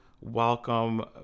welcome